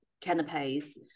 canapes